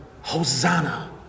Hosanna